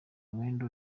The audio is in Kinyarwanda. umwenda